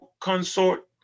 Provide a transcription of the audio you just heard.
consort